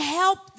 help